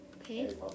okay